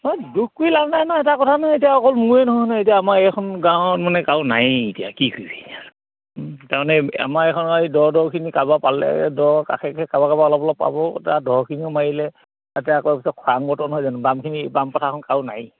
দুখ কৰি লাভ নাই ন এটা কথা নয় এতিয়া অকল মূয়ে নহয় নয় এতিয়া আমাৰ এইখন গাঁৱত মানে নায়েই এতিয়া কি কৰি তাৰমানে আমাৰ এইখন এই দ দখিনি পালে দৰ কাষে কাষে অলপ অলপ পাব এয়া দখিনিও মাৰিলে তাতে আকৌ পিছত খৰাং বতৰ বামখিনি বাম পথাৰখন কাৰো নায়েই